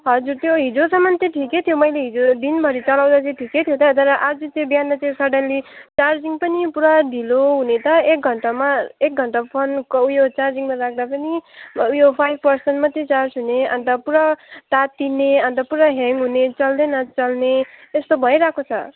हजुर त्यो हिजोसम्मन चाहिँ ठिकै थियो मैले हिजो दिनभरि चलाउँदा चाहिँ ठिकै थियो त तर आज चाहिँ बिहान त्यो सडन्ली चार्जिङ पनि पुरा ढिलो हुने त एक घन्टामा एक घन्टा फोनको ऊ यो चार्जिङमा राख्दा पनि म ऊ यो फाइभ पर्सन्ट मात्रै पनि चार्ज हुने अनि त पुरा तातिने अनि त पुरा ह्याङ हुने चल्दै नचल्ने त्यस्तो भइरहेको छ